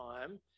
time